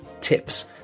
tips